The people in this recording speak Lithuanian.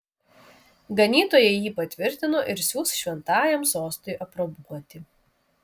ganytojai jį patvirtino ir siųs šventajam sostui aprobuoti